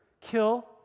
kill